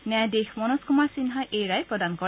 ন্যায়াধীশ মনোজ কুমাৰ সিন্হাই এই ৰায় প্ৰদান কৰে